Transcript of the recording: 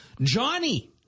Johnny